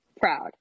proud